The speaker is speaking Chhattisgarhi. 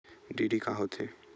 डी.डी का होथे?